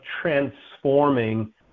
transforming